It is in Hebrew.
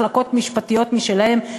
מחלקות משפטיות משלהן,